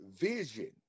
vision